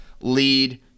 lead